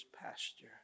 pasture